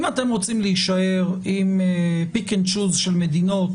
אם אתם רוצים להישאר עם peak and choose של מדינות